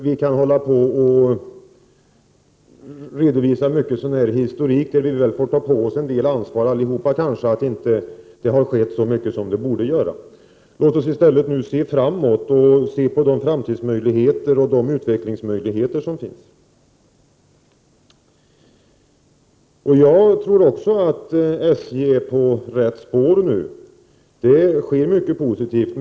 Vi kan redovisa en hel del sådan historik, men vi får väl alla ta på oss ett visst ansvar för att det inte hänt så mycket som det borde. Låt oss nu i stället se framåt på utvecklingsmöjligheterna. Jag tror också att SJ nu är på rätt spår. Det sker mycket positivt.